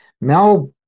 Mel